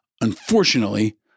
Unfortunately